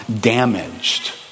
damaged